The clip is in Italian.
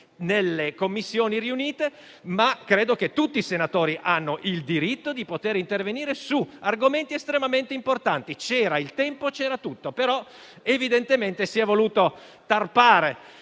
nelle Commissioni riunite. Credo che tutti i senatori abbiano il diritto di intervenire su argomenti estremamente importanti. Il tempo c'era tutto, ma evidentemente si è voluto tarpare